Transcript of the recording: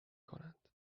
کنند